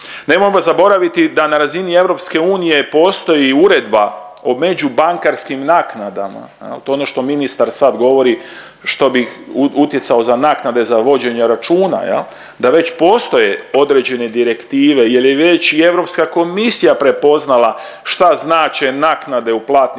Nemojmo zaboraviti da na razini EU postoji i uredba o međubankarskim naknadama. To ono što ministar sad govori što bih utjecao za naknade za vođenje računa, da već postoje određene direktive jer je već i Europska komisija prepoznala šta znače naknade u platnim